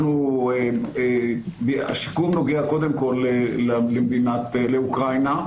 השיקום נוגע קודם כל למדינת אוקראינה,